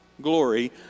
glory